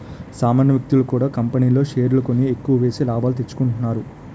సామాన్య వ్యక్తులు కూడా కంపెనీల్లో షేర్లు కొని ఎక్కువేసి లాభాలు తెచ్చుకుంటున్నారు